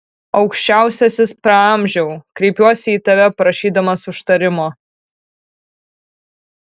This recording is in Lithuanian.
aukščiausiasis praamžiau kreipiuosi į tave prašydamas užtarimo